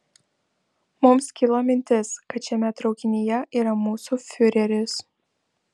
mums kilo mintis kad šiame traukinyje yra mūsų fiureris